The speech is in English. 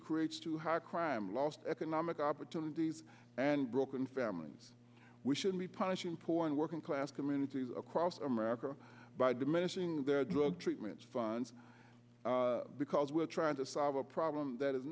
creates too high crime lost economic opportunities and broken families we should be punishing poor and working class communities across america by diminishing their drug treatments funds because we are trying to solve a problem that is